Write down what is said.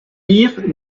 lire